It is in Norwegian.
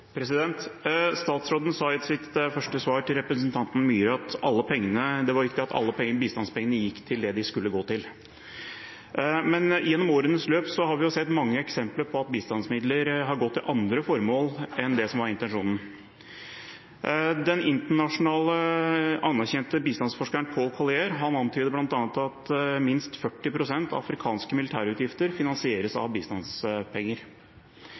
det de skulle gå til. Men gjennom årenes løp har vi jo sett mange eksempler på at bistandsmidler har gått til andre formål enn det som var intensjonen. Den internasjonalt anerkjente bistandsforskeren Paul Collier antyder bl.a. at minst 40 pst. av afrikanske militærutgifter finansieres av bistandspenger.